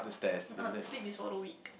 sleep is for the weak